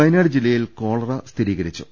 വയനാട് ജില്ലയിൽ കോളറ സ്ഥിരീകരിച്ചു